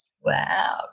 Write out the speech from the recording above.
Wow